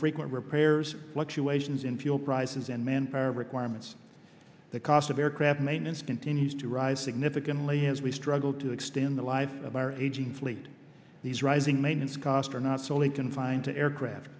frequent repairs fluctuations in fuel prices and manpower requirements the cost of aircraft maintenance continues to rise significantly as we struggle to extend the life of our aging fleet these rising maintenance costs are not solely confined to aircraft